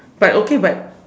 but okay but